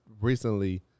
recently